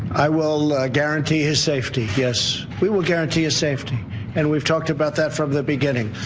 i will guarantee his safety, yes. we will guarantee his safety and we have talked about that from the beginning.